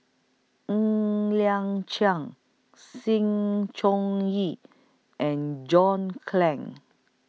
Ng Liang Chiang Sng Choon Yee and John Clang